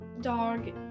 dog